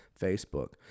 Facebook